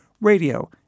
radio